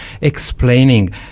explaining